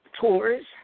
tours